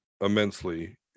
immensely